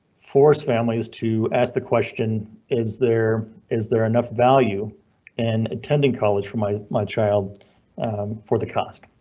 forced families to ask the question is there is there enough value an attending college for my my child for the cost,